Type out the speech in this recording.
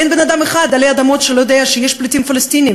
אין אדם אחד עלי אדמות שאינו יודע שיש פליטים פלסטינים,